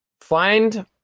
find